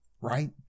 right